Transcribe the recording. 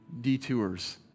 detours